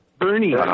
Bernie